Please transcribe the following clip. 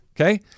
okay